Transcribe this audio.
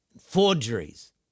forgeries